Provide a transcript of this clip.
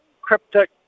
cryptic